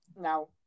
Now